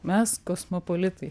mes kosmopolitai